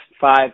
five